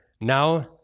Now